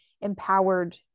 empowered